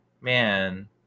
man